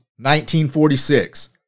1946